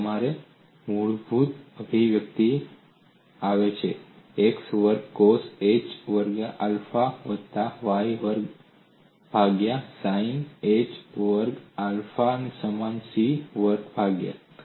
અને આ તમારી મૂળભૂત અભિવ્યક્તિમાંથી આવે છે x વર્ગ કોસ h વર્ગ આલ્ફા વત્તા Y વર્ગ ભાગ્યા સાઈન h વર્ગ આલ્ફા સમાન c વર્ગ ભાગ્યા